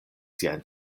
siajn